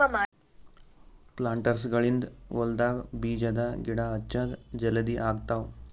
ಪ್ಲಾಂಟರ್ಸ್ಗ ಗಳಿಂದ್ ಹೊಲ್ಡಾಗ್ ಬೀಜದ ಗಿಡ ಹಚ್ಚದ್ ಜಲದಿ ಆಗ್ತಾವ್